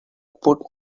put